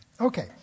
Okay